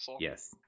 Yes